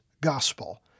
gospel